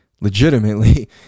legitimately